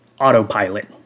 autopilot